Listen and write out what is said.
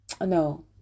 No